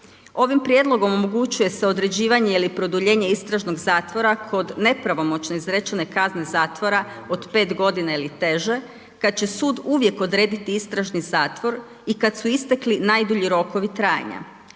Ovim prijedlogom omogućuje se određivanje ili produljenje istražnog zatvora kod nepravomoćno izrečene kazne zatvora od 5 godina ili teže kada će sud uvijek odrediti istražni zatvor i kada su istekli najdulji rokovi trajanja.